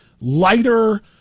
lighter